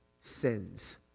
sins